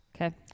Okay